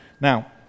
Now